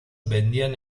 vendían